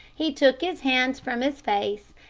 he took his hands from his face,